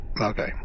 okay